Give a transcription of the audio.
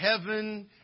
heaven